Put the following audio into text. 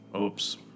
Oops